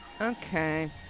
Okay